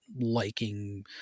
liking